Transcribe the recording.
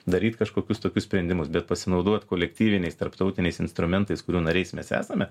daryt kažkokius tokius sprendimus bet pasinaudot kolektyviniais tarptautiniais instrumentais kurių nariais mes esame